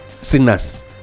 sinners